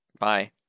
Bye